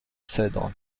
cedres